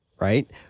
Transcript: Right